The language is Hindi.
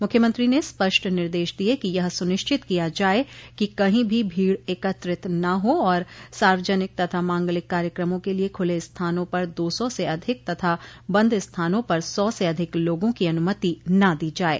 मुख्यमत्री ने स्पष्ट निर्देश दिये कि यह सुनिश्चित किया जाये कि कही भी भीड़ एकत्रित न हो और सार्वजनिक तथा मांगलिक कार्यक्रमों के लिये खुले स्थानों पर दो सौ से अधिक तथा बंद स्थानों पर सौ से अधिक लोगों की अनुमति न दी जाये